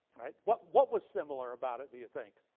right? what what was similar about it, do you think?